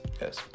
Yes